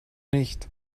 nicht